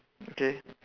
okay